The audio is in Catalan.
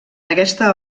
aquesta